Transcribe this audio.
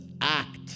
act